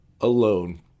alone